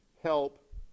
help